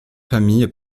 famille